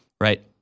right